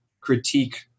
critique